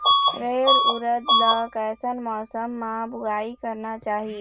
रहेर उरद ला कैसन मौसम मा बुनई करना चाही?